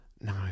No